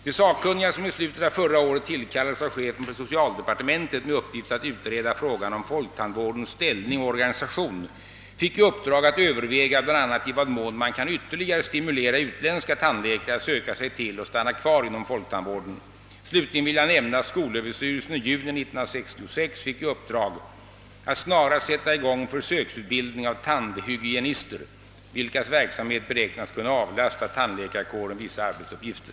De sakkunniga som i slutet av förra året tillkallades av chefen för socialdepartementet med uppgift att utreda frågan om folktandvårdens ställning och organisation fick i uppdrag att överväga bl.a. i vad mån man kan ytterligare stimulera utländska tandläkare att söka sig till och stanna kvar inom folktandvården. Slutligen vill jag nämna att skolöverstyrelsen i juni 1966 fick i uppdrag att snarast sätta i gång försöksutbildning av tandhygienister, vilkas verksamhet beräknas kunna avlasta tandläkarkåren vissa arbetsuppgifter.